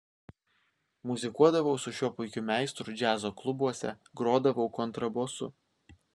muzikuodavau su šiuo puikiu meistru džiazo klubuose grodavau kontrabosu